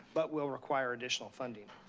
but will require additional funding.